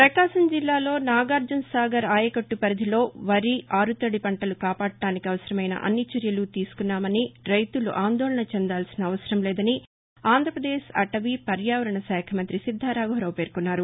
ప్రపకాశం జిల్లాలో నాగార్జునసాగర్ ఆయకట్టు పరిధిలో వరి ఆరుతడి పంటలు కాపాడటానికి అవసరమైన అన్ని చర్యలు తీసుకున్నామని రైతులు ఆందోళన చెందాల్సిన అవసరం లేదని ఆంధ్రప్రదేశ్ అటవీ పర్యావరణ శాస్త్ర సాంకేతిక శాఖ మంతి శిద్దా రాఘవరావు పేర్కొన్నారు